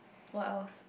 what else